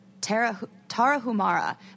Tarahumara